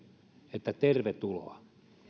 että tervetuloa